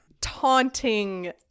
taunting